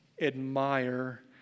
admire